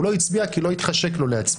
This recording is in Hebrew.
הוא לא הצביע כי לא התחשק לו להצביע.